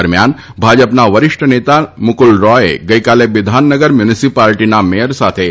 દરમિયાન ભાજપના વરિષ્ઠ નેતા મુકુલ રોયે ગઈકાલે બિધાનનગર મ્યુનિસિપાલીટીના મેયર સાથે ચર્ચા કરી છે